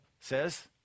says